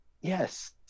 Yes